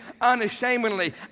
unashamedly